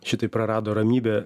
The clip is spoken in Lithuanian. šitaip prarado ramybę